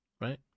Right